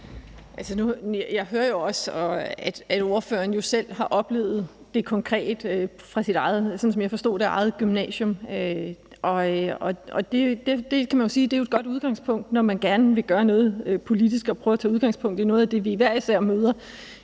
Jeg hører jo også, at ordføreren selv har oplevet det konkret fra sit eget gymnasium, sådan som jeg forstod det. Man kan jo sige, det er et godt udgangspunkt, når man gerne vil gøre noget politisk, at prøve at tage udgangspunkt i noget af det, vi hver især møder